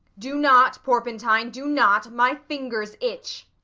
do not, porpentine, do not my fingers itch.